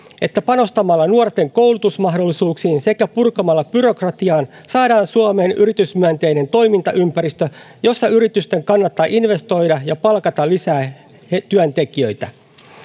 että panostamalla nuorten koulutusmahdollisuuksiin sekä purkamalla byrokratiaa saadaan suomeen yritysmyönteinen toimintaympäristö jossa yritysten kannattaa investoida ja palkata lisää työntekijöitä